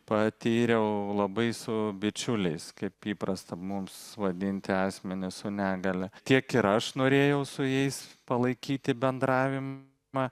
patyriau labai su bičiuliais kaip įprasta mums vadinti asmenis su negalia tiek ir aš norėjau su jais palaikyti bendravimą